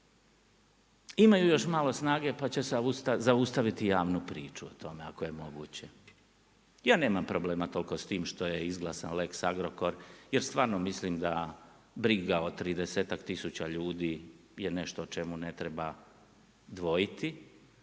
imaju još malo snage pa će zaustaviti javnu priču o tome ako je moguće. Ja nemam problema toliko s tim što je izglasan lex Agrokor jer stvarno mislim da briga o 30-ak tisuća ljudi je nešto o čemu ne treba dvojiti